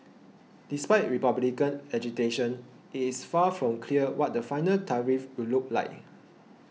despite Republican agitation it is far from clear what the final tariffs will look like